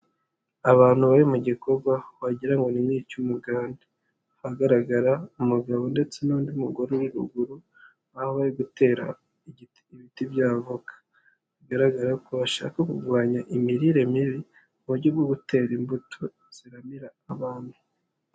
Abantu bari mu gikorwa wagira ngo n'icy'umuganda, ahagaragara umugabo ndetse n'undi mugore uri ruguru bari gutera ibiti bya avoka bigaragara ko bashaka kurwanya imirire mibi mu buryo bwo gutera imbuto ziramira abantu.